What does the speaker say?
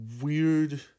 weird